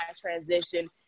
transition